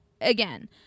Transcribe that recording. again